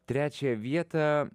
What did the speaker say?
trečiąją vietą